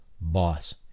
boss